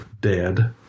dead